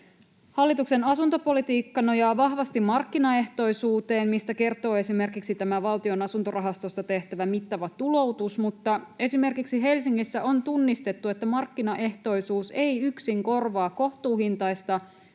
Hallituksen asuntopolitiikka nojaa vahvasti markkinaehtoisuuteen, mistä kertoo esimerkiksi tämä Valtion asuntorahastosta tehtävä mittava tuloutus, mutta esimerkiksi Helsingissä on tunnistettu, että markkinaehtoisuus ei yksin korvaa kohtuuhintaista